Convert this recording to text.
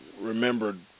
remembered